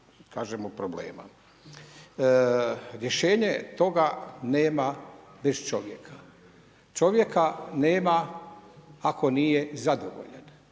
naših problema. Rješenje toga nema bez čovjeka, čovjeka nema ako nije zadovoljan.